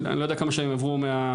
אני לא יודע כמה שנים עברו מהחפירה,